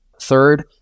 Third